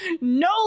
no